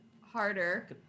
harder